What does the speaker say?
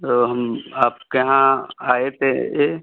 तो हम आपके यहाँ आए थे